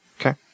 Okay